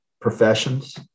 professions